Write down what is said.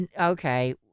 Okay